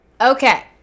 Okay